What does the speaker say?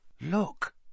Look